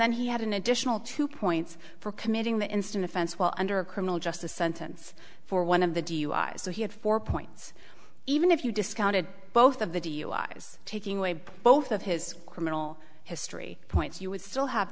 then he had an additional two points for committing the instant offense while under a criminal justice sentence for one of the duis so he had four points even if you discounted both of the duis taking away both of his criminal history points you would still have